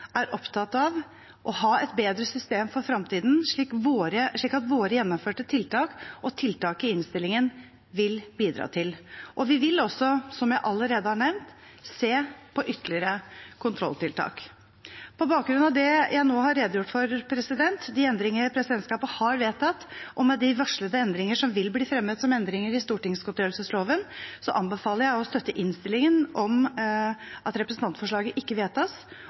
er opptatt av å ha et bedre system for fremtiden, slik våre gjennomførte tiltak og tiltak i innstillingen vil bidra til. Vi vil også, som jeg allerede har nevnt, se på ytterligere kontrolltiltak. På bakgrunn av det jeg nå har redegjort for, de endringer presidentskapet har vedtatt, og med de varslede endringer som vil bli fremmet som endringer i stortingsgodtgjørelsesloven, anbefaler jeg å støtte innstillingen, at representantforslaget ikke vedtas,